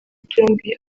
byombi